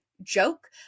joke